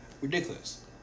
Ridiculous